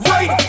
Right